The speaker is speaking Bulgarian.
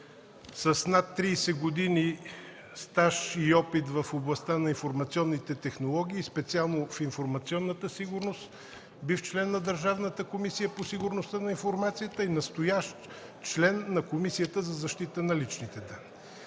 с над 30 години стаж и опит в областта на информационните технологии и специално по информационната сигурност, бивш член на Държавната комисия по сигурността на информацията и настоящ член на Комисията за защита на личните данни.